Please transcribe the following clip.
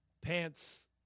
Pants